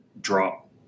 drop